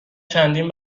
چندین